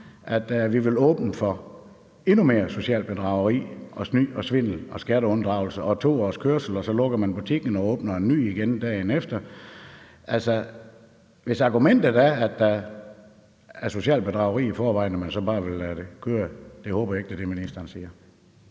at vi vil åbne for endnu mere socialt bedrageri, snyd, svindel, skatteunddragelse og 2 års kørsel, og at så lukker man butikken og åbner en ny igen dagen efter. Altså, hvis argumentet er, at der i forvejen er socialt bedrageri, og at man så bare vil lade det køre, så håber jeg ikke, det er det, ministeren siger.